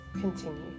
continue